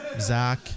Zach